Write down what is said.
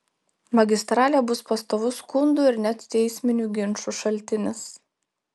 magistralė bus pastovus skundų ir net teisminių ginčų šaltinis